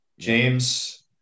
james